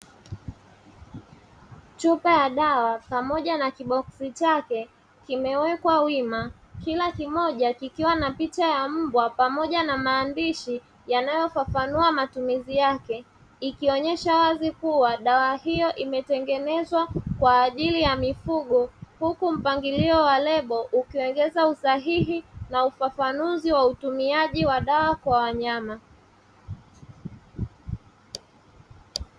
Chupa ya dawa pamoja na kiboksi chake kimewekwa wima, kila kimoja kikiwa na picha ya mbwa pamoja na maandishi yanayofafanua matumizi yake, ikionyesha wazi kuwa dawa hiyo imetengenezwa kwa ajili ya mifugo, huku mpangilio wa lebo ukionyesha usahihi na ufafanuzi wa utumiaji wa dawa kwa wanyama.